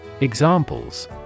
Examples